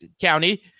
county